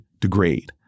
degrade